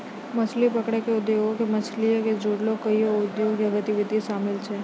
मछली पकरै के उद्योगो मे मछलीयो से जुड़लो कोइयो उद्योग या गतिविधि शामिल छै